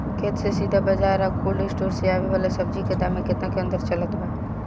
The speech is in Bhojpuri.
खेत से सीधा बाज़ार आ कोल्ड स्टोर से आवे वाला सब्जी के दाम में केतना के अंतर चलत बा?